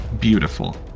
Beautiful